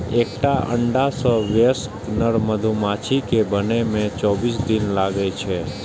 एकटा अंडा सं वयस्क नर मधुमाछी कें बनै मे चौबीस दिन लागै छै